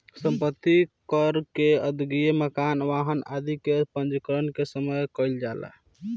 सम्पत्ति कर के अदायगी मकान, वाहन आदि के पंजीकरण के समय कईल जाला